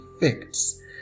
effects